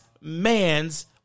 man's